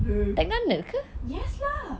girl yes lah